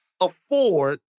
afford